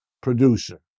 producer